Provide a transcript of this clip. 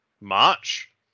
march